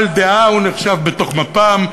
הוא היה בעל דעה, הוא נחשב בתוך מפ"ם.